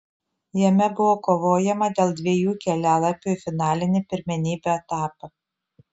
jame buvo kovojama dėl dviejų kelialapių į finalinį pirmenybių etapą